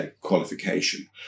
qualification